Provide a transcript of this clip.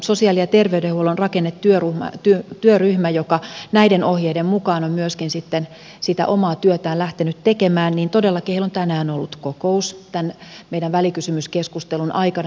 sosiaali ja terveydenhuollon rakennetyöryhmällä joka näiden ohjeiden mukaan on sitten myöskin sitä omaa työtään lähtenyt tekemään todellakin on tänään ollut kokous tämän meidän välikysymyskeskustelumme aikana